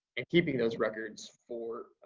and keeping those records for